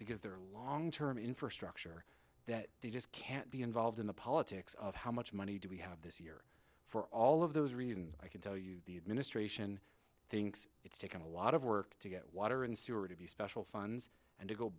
because their long term infrastructure that they just can't be involved in the politics of how much money do we have this year for all of those reasons i can tell you the administration thinks it's taken a lot of work to get water and sewer to be special funds and to go